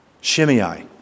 Shimei